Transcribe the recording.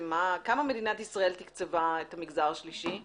כמה מדינת ישראל תקצבה את המגזר השלישי בכללותו?